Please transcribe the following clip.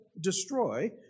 destroy